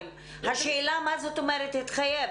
השאלה מה זאת אומרת התחייב?